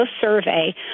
survey